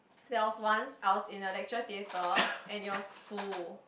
there was once I was in a lecture theatre and it was full